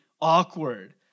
awkward